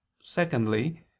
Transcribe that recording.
secondly